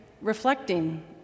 reflecting